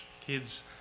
Kids